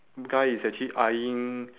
guy is actually eyeing